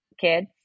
kids